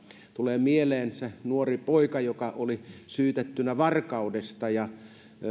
tulee mieleen se nuori poika joka oli syytettynä varkaudesta